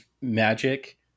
magic